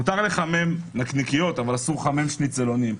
מותר לחמם נקניקיות, אבל אסור לחמם שניצלונים.